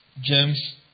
James